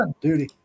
duty